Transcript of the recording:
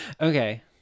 Okay